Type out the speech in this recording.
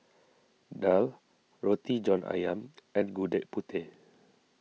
Daal Roti John Ayam and Gudeg Putih